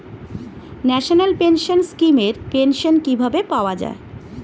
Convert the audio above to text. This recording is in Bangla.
ন্যাশনাল পেনশন স্কিম এর পেনশন কিভাবে পাওয়া যায়?